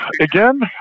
Again